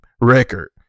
record